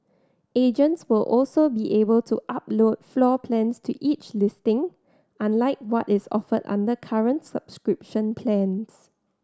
agents will also be able to upload floor plans to each listing unlike what is offered under current subscription plans